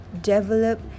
develop